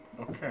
okay